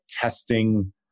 testing